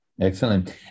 Excellent